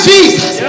Jesus